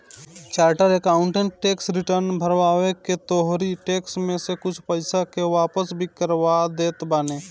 charter accountant tax return भरवा के तोहरी टेक्स में से कुछ पईसा के वापस भी करवा देत बाने